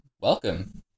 welcome